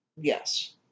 Yes